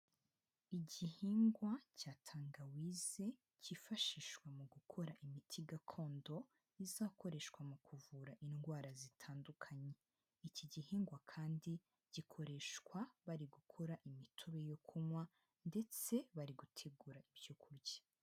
Igihingwa cya tangawizi, cyifashishwa mu gukora imiti gakondo, izakoreshwa mu kuvura indwara zitandukanye. Iki gihingwa kandi gikoreshwa bari gukora imitobe yo kunywa ndetse bari gutegura ibyo kurya.